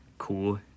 cool